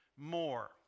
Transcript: more